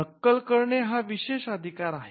नक्कल करणे हा विशेष अधिकार आहे